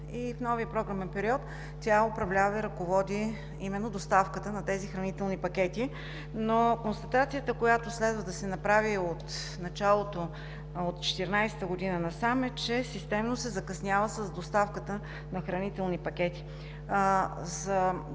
и в новия програмен период тя управлява и ръководи именно доставката на тези хранителни пакети, но констатацията, която следва да се направи от 2014 г. насам, е, че системно се закъснява с доставката на хранителни пакети.